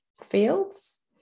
fields